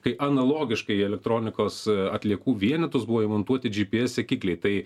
kai analogiškai į elektronikos atliekų vienetus buvo įmontuoti džypyes sekikliai tai